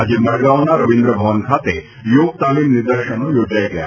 આજે મડગાવના રવિન્દ્રભવન ખાતે યોગ તાલીમ નિદર્શનો યોજાઇ ગયા